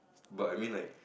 but I mean like